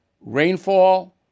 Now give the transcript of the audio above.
rainfall